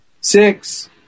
Six